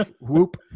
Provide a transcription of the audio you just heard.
whoop